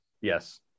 Yes